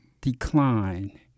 decline